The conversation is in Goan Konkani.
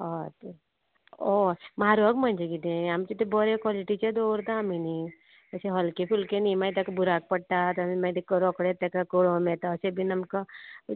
हय तेत हय म्हारग म्हणजे किदें आमचें तें बरें क्वॉलिटीचें दवरता आमी न्ही अशें हल्के फुल्के न्ही मागीर ताका बुराक पडटात आनी मागीर तें करोकडे ताका कळम येता अशें बीन आमकां